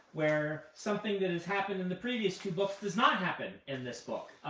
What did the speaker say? where something that has happened in the previous two books does not happen in this book.